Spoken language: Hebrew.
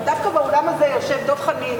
אבל דווקא באולם הזה יושבים דב חנין,